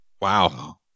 Wow